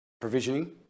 provisioning